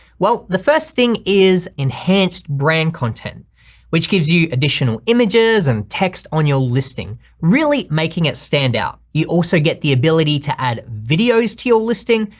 well, the first thing is enhanced brand content which gives you additional images and text on your listing, really making it stand out. you also get the ability to add videos to your listing,